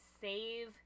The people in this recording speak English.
save